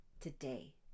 today